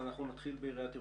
נתחיל בעיריית ירושלים,